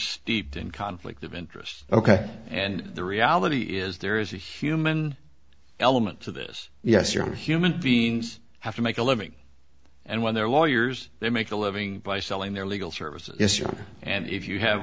steeped in conflict of interests ok and the reality is there is a human element to this yes you're human beings have to make a living and when they're lawyers they make a living by selling their legal services and if you have